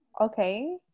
Okay